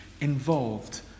involved